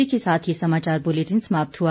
इसी के साथ ये समाचार बुलेटिन समाप्त हुआ